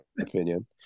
opinion